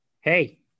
Hey